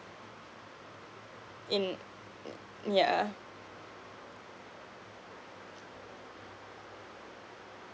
in yeah